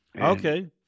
Okay